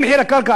אם מחיר הקרקע,